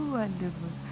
wonderful